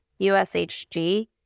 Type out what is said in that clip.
USHG